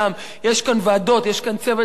יש כאן ועדות, יש כאן צוות מקצועי.